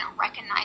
recognize